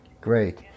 Great